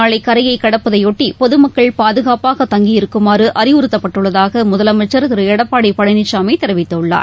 நாளைகரையைகடப்பதையொட்டிபொதுமக்கள் நிவர் பாதுகாப்பாக புயல் தங்கியிருக்குமாறுஅறிவுறுத்தப்பட்டுள்ளதாகமுதலமைச்சர் திருஎடப்பாடிபழனிசாமிதெரிவித்துள்ளார்